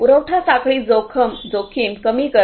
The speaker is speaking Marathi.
पुरवठा साखळी जोखीम कमी करणे